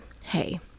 hey